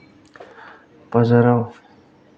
बाजाराव